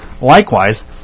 Likewise